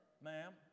ma'am